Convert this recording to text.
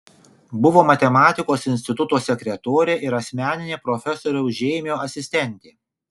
buvo matematikos instituto sekretorė ir asmeninė profesoriaus žeimio asistentė